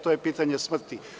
To je pitanje smrti.